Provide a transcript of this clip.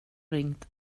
ringt